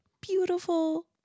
beautiful